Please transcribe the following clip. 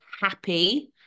happy